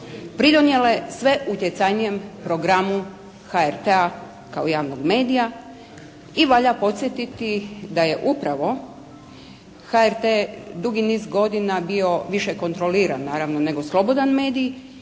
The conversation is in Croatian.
pridonijele sve utjecajnijem programu HRT-a kao javnog medija i valja podsjetiti da je upravo HRT dugi niz godina bio više kontroliran naravno nego slobodan medij